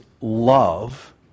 love